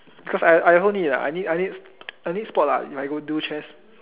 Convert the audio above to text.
cause I I also need I need I need I need spot lah when I do chest